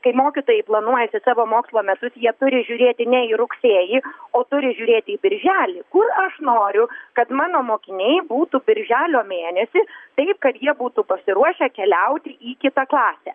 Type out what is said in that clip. kai mokytojai planuojasi savo mokslo metus jie turi žiūrėti ne į rugsėjį o turi žiūrėti į birželį kur aš noriu kad mano mokiniai būtų birželio mėnesį taip kad jie būtų pasiruošę keliauti į kitą klasę